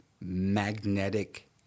magnetic